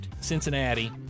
Cincinnati